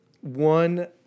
one